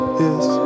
yes